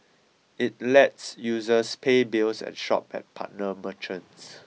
it lets users pay bills and shop at partner merchants